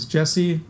Jesse